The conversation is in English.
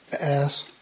ass